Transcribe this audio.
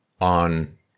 on